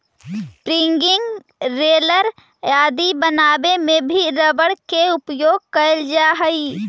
printing roller आदि बनावे में भी रबर के उपयोग कैल जा हइ